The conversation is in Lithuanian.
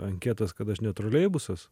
anketas kad aš ne troleibusas